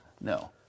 no